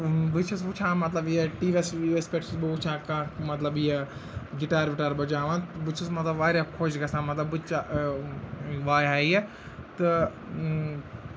بہٕ چھُس وٕچھان مطلب یہِ ٹی وی یَس وی وی یَس پٮ۪ٹھ چھُس بہٕ وٕچھان کانٛہہ مطلب یہِ گِٹار وِٹار بَجاوان بہٕ چھُس مطلب واریاہ خۄش گژھان مطلب بہٕ وایہِ ہا یہِ تہٕ